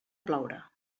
ploure